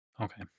Okay